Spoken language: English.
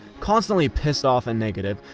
constantly pissed off and negative,